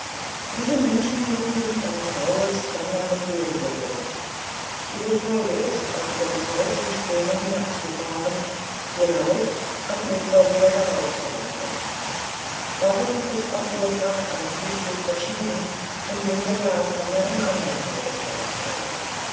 diese menschen nun sind an ein rauhes wanderndes leben gewöhnt ihre freude ist auf ihrem holz die ströme hinabzufahren ihr leid am ufer wieder heraufzuwandeln darum ist auch ihr prachtanzug so verschieden von dem der glasmänner im andern teil des schwarzwaldes